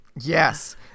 Yes